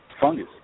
fungus